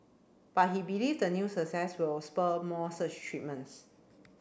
but he believes the new success will spur more such treatments